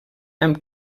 amb